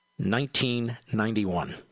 1991